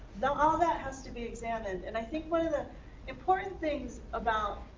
now all that has to be examined. and i think one of the important things about,